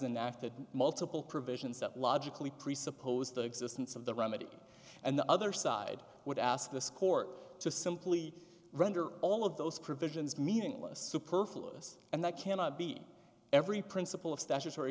and after multiple provisions that logically presuppose the existence of the remedy and the other side would ask this court to simply render all of those provisions meaningless superfluous and that cannot be every principle of statutory